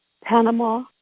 Panama